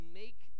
make